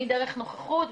מדרך נוכחות,